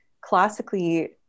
classically